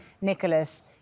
Nicholas